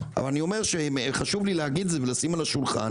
אבל חשוב לי להגיד את זה ולשים על השולחן